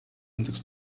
index